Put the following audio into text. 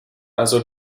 also